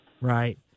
Right